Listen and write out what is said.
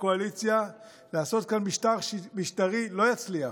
הקואליציה לעשות כאן שינוי משטרי לא תצליח.